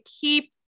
keep